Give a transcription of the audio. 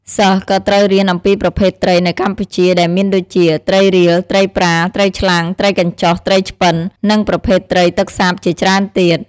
សិស្សក៏ត្រូវរៀនអំពីប្រភេទត្រីនៅកម្ពុជា ដែលមានដូចជា ត្រីរៀល ត្រីប្រា ត្រីឆ្លាំង ត្រីកញ្ជុះ ត្រីឆ្ពិន និងប្រភេទត្រីទឹកសាបជាច្រើនទៀត។